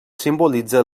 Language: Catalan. simbolitza